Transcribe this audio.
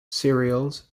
cereals